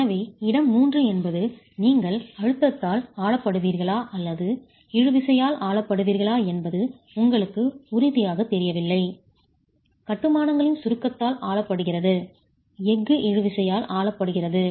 எனவே இடம் 3 என்பது நீங்கள் அழுத்தத்தால் ஆளப்படுவீர்களா அல்லது இழு விசையால் ஆளப்படுவீர்களா என்பது உங்களுக்கு உறுதியாகத் தெரியவில்லை கட்டுமானங்களில் சுருக்கத்தால் ஆளப்படுகிறது எஃகு இழு விசையால் ஆளப்படுகிறது